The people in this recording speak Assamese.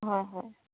হয় হয়